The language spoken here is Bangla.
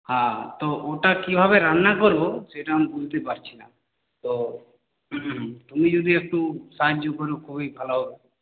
হ্যাঁ তো ওটা কিভাবে রান্না করব সেটা আমি বুঝতে পারছি না তো তুমি যদি একটু সাহায্য করো খুবই ভালো